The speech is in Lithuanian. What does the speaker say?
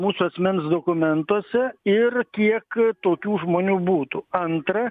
mūsų asmens dokumentuose ir kiek tokių žmonių būtų antra